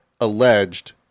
alleged